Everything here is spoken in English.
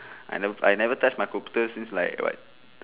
I never I never touch my computer since like what